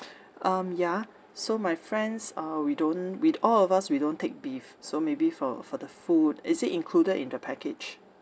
um ya so my friends uh we don't we all of us we don't take beef so maybe for for the food is it included in the package